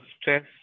stress